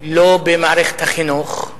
לא במערכת החינוך.